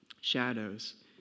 Shadows